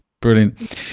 brilliant